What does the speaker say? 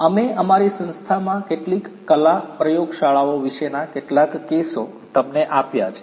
અમે અમારી સંસ્થામાં કેટલીક કલા પ્રયોગશાળાઓ વિશેના કેટલાક કેસો તમને આપ્યા છે